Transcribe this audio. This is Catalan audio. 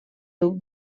duc